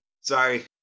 Sorry